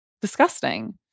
disgusting